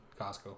Costco